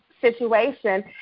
situation